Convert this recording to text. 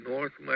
North